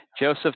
Joseph